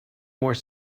more